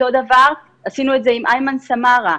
אותו דבר עשינו את זה עם אימן סמארה.